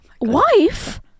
wife